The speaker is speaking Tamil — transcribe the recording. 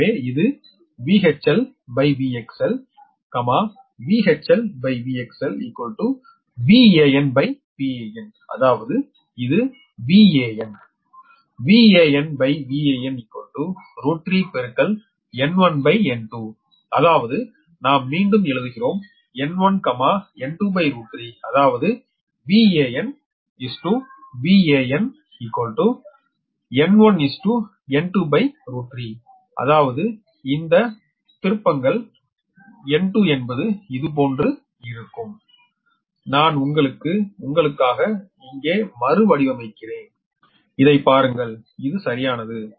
எனவே இது VHLVXLVHLVXL VAn Vanஅதாவது இது 𝑽𝑨n அதாவது நாம் மீண்டும் எழுதுகிறோம் 𝑵𝟏 N23 அதாவது இஅதாவது இந்த திருப்பன்கள் 𝑵𝟐 என்பது இது போன்று இருக்கும் நான் உங்களுக்காக இங்கே மறுவடிவமைக்கிறேன் இதைப் பாருங்கள் இது சரியானது